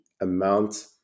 amount